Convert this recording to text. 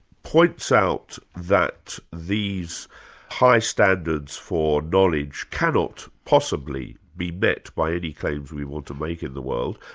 points out that these high standards for knowledge cannot possibly be met by any claims we want to make in the world,